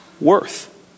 worth